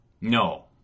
No